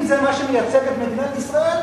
אם זה מה שמייצג את מדינת ישראל,